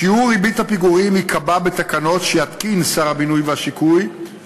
שיעור ריבית הפיגורים ייקבע בתקנות שיתקין שר הבינוי והשיכון,